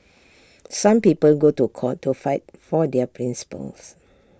some people go to court to fight for their principles